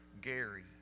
Gary